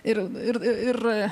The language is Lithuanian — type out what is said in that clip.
ir ir ir